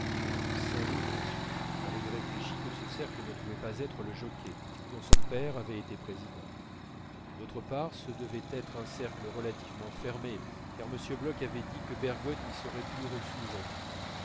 saint loup rougit car il réfléchit que ce cercle ne pouvait pas être le jockey dont son père avait été président d'autre part ce devait être un cercle relativement fermé car m bloch avait dit que bergotte n'y serait plus reçu aujourd'hui